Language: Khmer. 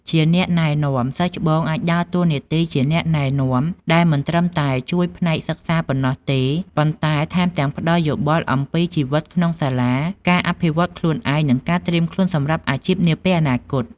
ជាអ្នកណែនាំ សិស្សច្បងអាចដើរតួជាអ្នកណែនាំ ដែលមិនត្រឹមតែជួយផ្នែកសិក្សាប៉ុណ្ណោះទេ ប៉ុន្តែថែមទាំងផ្តល់យោបល់អំពីជីវិតក្នុងសាលា ការអភិវឌ្ឍខ្លួនឯង និងការត្រៀមខ្លួនសម្រាប់អាជីពនាពេលអនាគត។